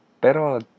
pero